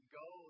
go